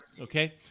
Okay